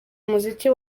umuziki